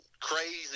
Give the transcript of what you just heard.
crazy